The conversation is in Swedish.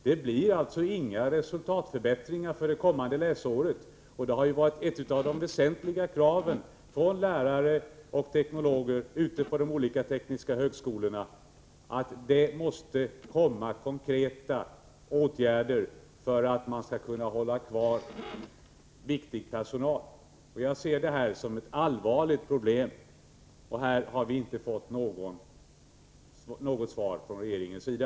Det blir alltså inga resultatförbättringar för det kommande läsåret, trots att ett av de väsentligaste kraven från lärare och teknologer ute på de tekniska högskolorna har varit att konkreta åtgärder måste vidtas för att man skall kunna hålla kvar viktig personal. Jag ser detta som ett allvarligt problem, och vi har i det avseendet inte fått något svar från regeringens sida.